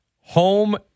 Home